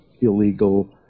illegal